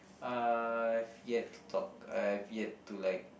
I've yet to talk I've yet to like